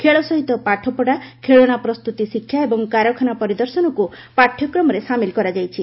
ଖେଳ ସହିତ ପାଠପଢ଼ା ଖେଳନା ପ୍ରସ୍ତୁତି ଶିକ୍ଷା ଏବଂ କାରଖାନା ପରିଦର୍ଶନକୁ ପାଠ୍ୟକ୍ରମରେ ସାମିଲ କରାଯାଇଛି